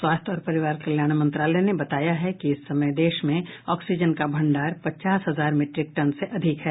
स्वास्थ्य और परिवार कल्याण मंत्रालय ने बताया है कि इस समय देश में ऑक्सीजन का भंडार पचास हजार मीट्रिक टन से अधिक है